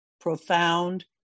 Profound